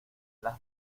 las